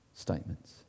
statements